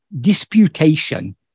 disputation